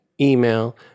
email